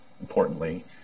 importantly